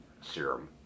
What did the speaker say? serum